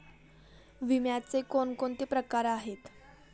विम्याचे कोणकोणते प्रकार आहेत?